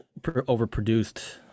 overproduced